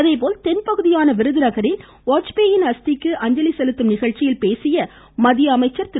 அதேபோல் தென்பகுதியான விருதுநகரில் வாஜ்பாயின் அஸ்திக்கு அஞ்சலி செலுத்தும் நிகழ்ச்சியில் பேசிய மத்திய அமைச்சர் திரு